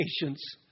patience